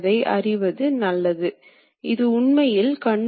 நிச்சயமாக பல்வேறு வகையான துணை பாகங்கள் உள்ளன